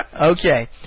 Okay